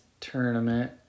tournament